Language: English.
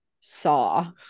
Saw